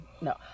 no